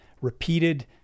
repeated